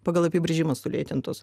pagal apibrėžimą sulėtintos